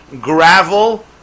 gravel